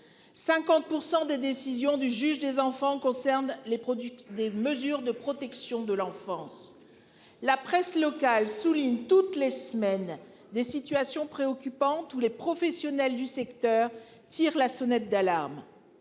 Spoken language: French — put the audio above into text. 50% des décisions du juge des enfants concerne les produits, les mesures de protection de l'enfance. La presse locale souligne toutes les semaines des situations préoccupantes où les professionnels du secteur, tire la sonnette d'alarme.